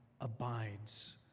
abides